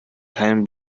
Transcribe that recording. keine